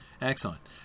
excellent